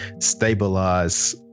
stabilize